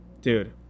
Dude